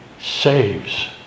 saves